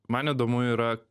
man įdomu yra